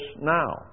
now